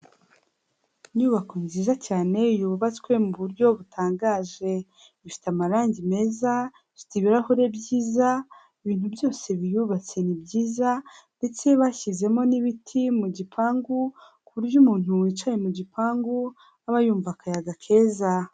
Inyubako nziza cyane yubatswe mu buryo butangaje, ifite amarange meza, ifite ibirahure byiza, ibintu byose biyubatse ni byiza ndetse bashyizemo n'ibiti mu gipangu ku buryo umuntu wicaye mu gipangu, aba yumva akayaga keza.